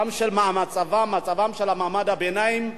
גם של מצב מעמד הביניים,